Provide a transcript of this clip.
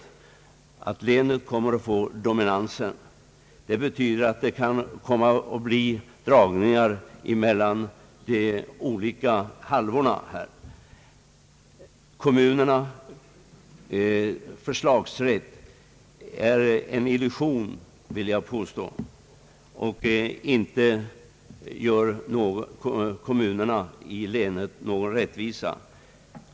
Det betyder att de olika halvorna kan komma att dra åt olika håll. Kommunernas förslagsrätt är en illusion, vill jag påstå, och denna rätt innebär inte någon rättvisa för kommunerna i länet.